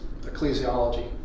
ecclesiology